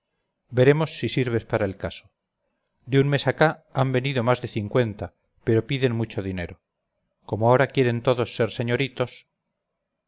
veremos si sirves para el caso de un mes acá han venido más de cincuenta pero piden mucho dinero como ahora quieren todos ser señoritos